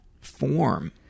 form